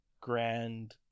grand